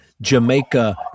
Jamaica